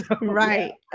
right